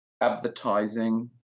advertising